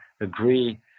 agree